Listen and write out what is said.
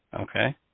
Okay